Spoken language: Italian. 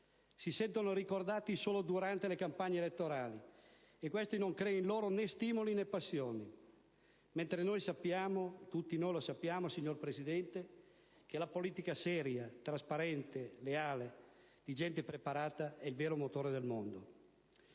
Si sentono ricordati solo durante le campagne elettorali e questo non crea in loro né stimoli né passione. Noi sappiamo invece, signora Presidente, che la politica seria, trasparente, leale, fatta da gente preparata, è il vero motore del mondo.